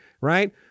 right